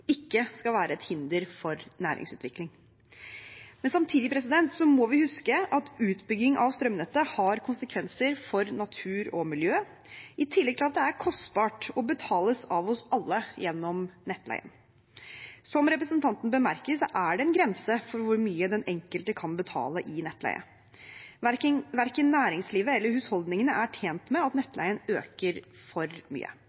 ikke skal være et hinder for næringsutvikling. Samtidig må vi huske at utbygging av strømnettet har konsekvenser for natur og miljø, i tillegg til at det er kostbart og betales av oss alle gjennom nettleien. Som representanten bemerket, er det en grense for hvor mye den enkelte kan betale i nettleie. Verken næringslivet eller husholdningene er tjent med at nettleien øker for mye.